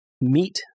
meet